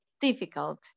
difficult